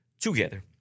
together